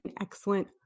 excellent